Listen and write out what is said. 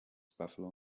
buffalo